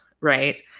right